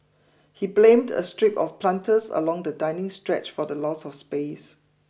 he blamed a strip of planters along the dining stretch for the loss of space